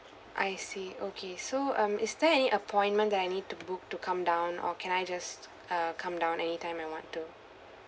I see okay so um is there any appointment that I need to book to come down or can I just uh come down anytime I want to